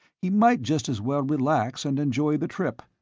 he might just as well relax and enjoy the trip.